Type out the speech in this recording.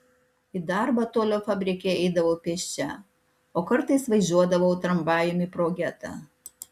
į darbą tolio fabrike eidavau pėsčia o kartais važiuodavau tramvajumi pro getą